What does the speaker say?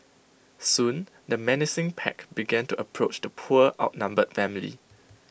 soon the menacing pack began to approach the poor outnumbered family